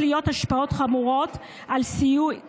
להיות השפעות חמורות על